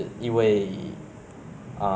那个是全岛唯一间的 lah